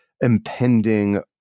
impending